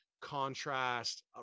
contrast